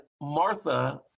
Martha